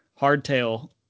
hardtail